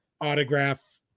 autograph